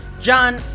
John